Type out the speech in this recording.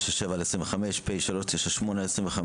פ/397/25, פ/398/25,